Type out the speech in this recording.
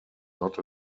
not